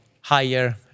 higher